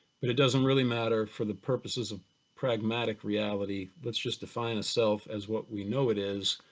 but it doesn't really matter for the purposes of pragmatic reality, let's just define a self as what we know it is,